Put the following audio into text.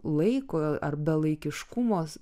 laiko ar belaikiškumo